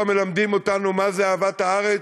שכל פעם מלמדים אותנו מה זו אהבת הארץ: